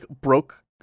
broke